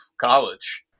college